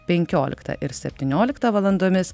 penkioliktą ir septynioliktą valandomis